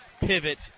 pivot